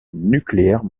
nucléaire